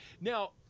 Now